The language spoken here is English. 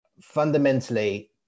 fundamentally